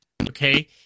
Okay